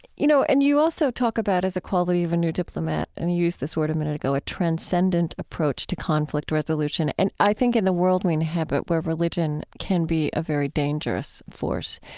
you know, and you also talk about as a quality of a new diplomat, and you used this word a minute ago, a transcendent approach to conflict resolution. and i think in the world we inhabit where religion can be a very dangerous force,